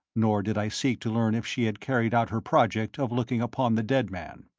nor did i seek to learn if she had carried out her project of looking upon the dead man.